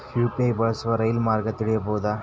UPI ಬಳಸಿ ರೈಲು ಮಾರ್ಗ ತಿಳೇಬೋದ?